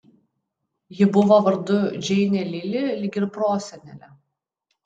ji buvo vardu džeinė lili lyg ir prosenelė